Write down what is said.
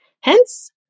Hence